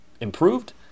improved